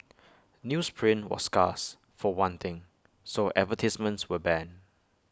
newsprint was scarce for one thing so advertisements were banned